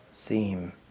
theme